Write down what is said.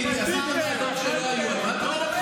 בתקנון הזה לא נכנס דבר, דבר.